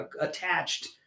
attached